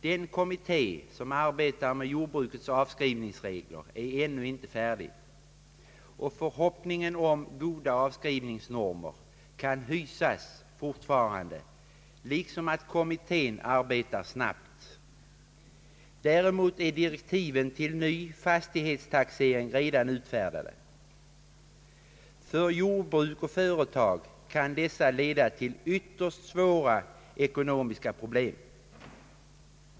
Den kommitté som arbetar med jordbrukets avskrivningsregler är ännu inte färdig med sitt arbete, och förhoppningen om goda avskrivningsnormer kan fortfarande hysas, liksom att kommittén arbetar snabbt. Däremot är direktiven till en ny fastighetstaxering redan utfärdade. För jordbruk och andra företag kan dessa leda till ytterst svåra ekonomiska pro blem.